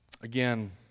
Again